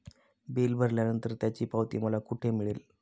Bill भरल्यानंतर त्याची पावती मला कुठे मिळेल?